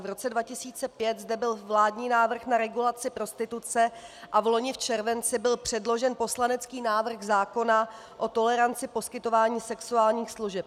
V roce 2005 zde byl vládní návrh na regulaci prostituce a vloni v červenci byl předložen poslanecký návrh zákona o toleranci poskytování sexuálních služeb.